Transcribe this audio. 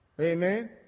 Amen